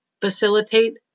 facilitate